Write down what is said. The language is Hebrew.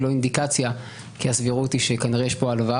לא אינדיקציה כי הסבירות שיש פה כנראה הלוואה